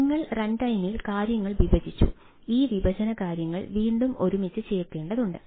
നിങ്ങൾ റൺടൈമിൽ കാര്യങ്ങൾ വിഭജിച്ചു ഈ വിഭജന കാര്യങ്ങൾ വീണ്ടും ഒരുമിച്ച് ചേർക്കേണ്ടതുണ്ട്